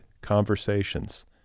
conversations